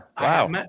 Wow